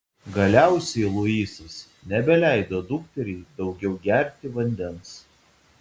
galiausiai luisas nebeleido dukteriai daugiau gerti vandens